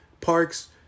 Parks